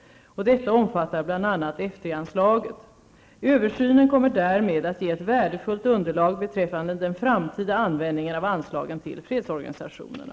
Detta omfattar bl.a. F3 anslaget. Översynen kommer därmed att ge ett värdefullt underlag beträffande den framtida användningen av anslagen till fredsorganisationerna.